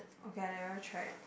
okay I never tried